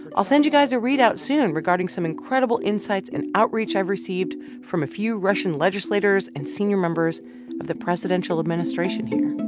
i'll send you guys a read-out soon regarding some incredible insights in outreach i've received from a few russian legislators and senior members of the presidential administration here.